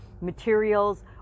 materials